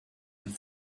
and